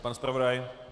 Pan zpravodaj?